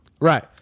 Right